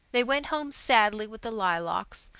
they went home sadly with the lilacs,